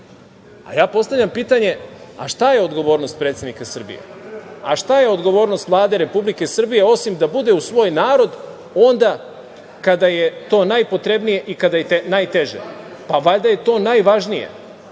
a ja postavljam pitanje – šta je odgovornost predsednika Srbije, a šta je odgovornost Vlade Republike Srbije, osim da bude uz svoj narod onda kada je to najpotrebnije i kada je najteže? Pa, valjda je to najvažnije,